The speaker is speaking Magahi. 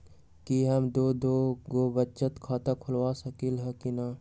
कि हम दो दो गो बचत खाता खोलबा सकली ह की न?